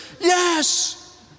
yes